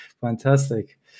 Fantastic